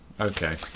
Okay